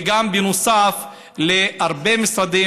וגם בנוסף להרבה משרדים,